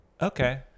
Okay